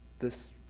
this